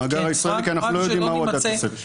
כי אנחנו לא יודעים מהו ה --- כן,